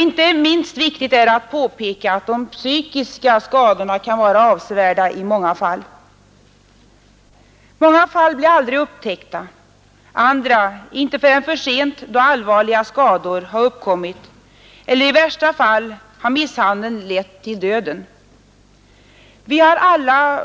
Inte minst viktigt är att påpeka att de psykiska skadorna kan vara avsevärda. Många fall blir aldrig upptäckta, andra inte förrän för sent, då allvarliga skador har uppkommit. I värsta fall har misshandeln lett till döden. Vi har alla